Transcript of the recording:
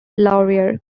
laurier